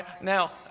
Now